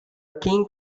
king